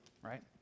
right